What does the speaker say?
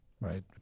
right